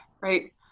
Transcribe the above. right